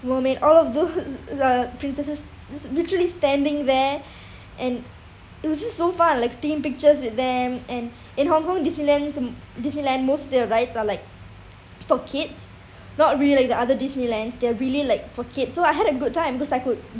mermaid all of those the princesses just literally standing there and it was just so fun like taking pictures with them and in hong kong Disneyland is the m~ Disneyland most their rides are like for kids not really like the other Disneylands they are really like for kids so I had a good time because I could